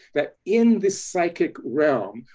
that, in the psychic realm,